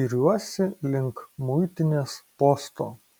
iriuosi link muitinės posto